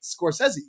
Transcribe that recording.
Scorsese